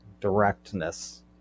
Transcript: directness